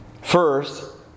First